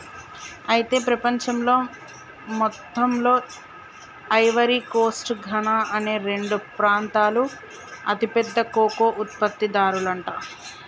అయితే ప్రపంచంలో మొత్తంలో ఐవరీ కోస్ట్ ఘనా అనే రెండు ప్రాంతాలు అతి పెద్ద కోకో ఉత్పత్తి దారులంట